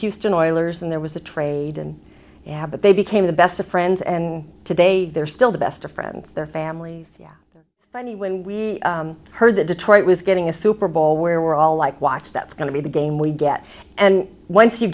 houston oilers and there was a trade and yeah but they became the best of friends and today they're still the best of friends their families funny when we heard that detroit was getting a super bowl where we're all like watch that's going to be the game we get and once you